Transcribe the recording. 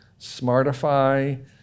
smartify